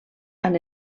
han